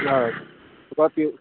हय कित्या ती